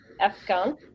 Afghan